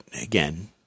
again